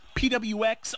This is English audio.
pwx